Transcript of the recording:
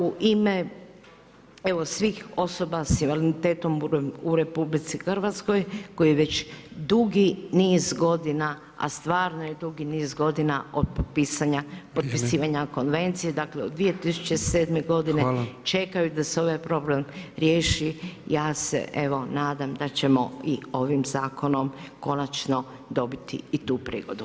U ime evo svih osoba s invaliditetom u RH koji već dugi niz godina a stvarno je dugi niz godina od potpisivanja konvencije, dakle od 2007. godine čekaju da se ovaj problem riječi, ja se evo nadam da ćemo i ovim zakonom konačno dobiti i tu prigodu.